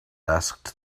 asked